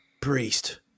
priest